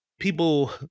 people